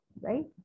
right